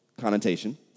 connotation